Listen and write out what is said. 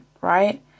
right